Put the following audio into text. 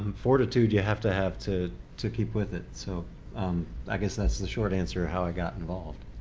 um fortitude you have to have to to keep with it. so um i guess that's the short answer how i got involved.